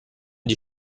die